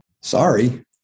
Sorry